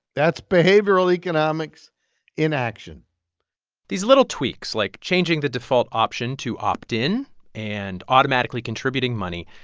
that's behavioral economics in action these little tweaks, like changing the default option to opt-in and automatically contributing money,